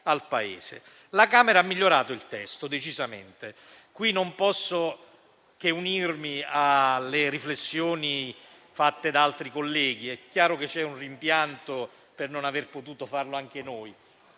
decisamente migliorato il testo e qui non posso che unirmi alle riflessioni fatte da altri colleghi: è chiaro che c'è un rimpianto per non averlo potuto fare anche noi.